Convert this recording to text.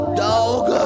dog